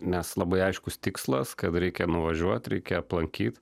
nes labai aiškus tikslas kad reikia nuvažiuot reikia aplankyt